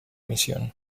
misión